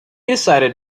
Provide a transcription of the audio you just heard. decided